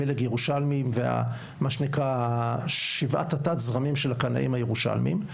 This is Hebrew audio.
פלג ירושלמים ושבעת התת-זרמים של הקנאים הירושלמים,